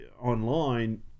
online